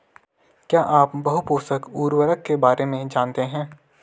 क्या आप बहुपोषक उर्वरक के बारे में जानते हैं?